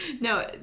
No